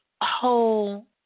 whole